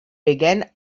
began